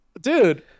dude